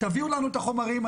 תביאו לנו את החומרים.